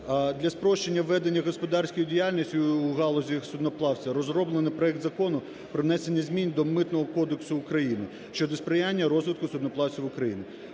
Для спрощення ведення господарської діяльності в галузі судноплавства розроблено проект Закону про внесення змін до Митного кодексу України (щодо сприяння розвитку судноплавства в Україні).